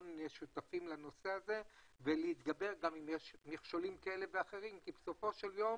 שכולנו נהיה שותפים לנושא ולהתגבר על מכשולים שיהיו כי בסופו של יום